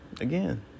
again